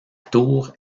tour